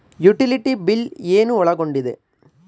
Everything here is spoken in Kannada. ಯುಟಿಲಿಟಿ ಬಿಲ್ ಏನು ಒಳಗೊಂಡಿದೆ?